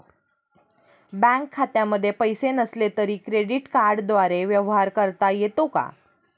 Bank खात्यामध्ये पैसे नसले तरी क्रेडिट कार्डद्वारे व्यवहार करता येतो का?